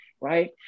right